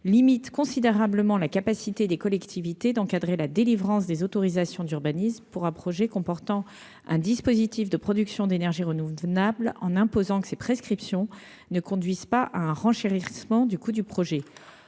limite considérablement la capacité des collectivités d'encadrer la délivrance des autorisations d'urbanisme pour un projet comportant un dispositif de production d'énergie renouvelable en imposant que ces prescriptions ne conduise pas à un renchérissement du coût du projet